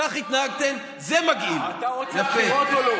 יואב, אתה היסטוריון?